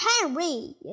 henry